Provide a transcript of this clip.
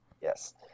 Yes